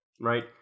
right